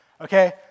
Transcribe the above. Okay